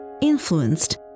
influenced